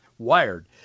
wired